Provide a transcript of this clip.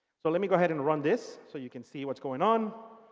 so let me go ahead and run this so you can see what's going on.